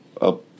up